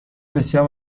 بسیار